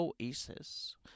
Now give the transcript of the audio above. oasis